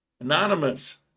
Anonymous